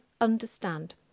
understand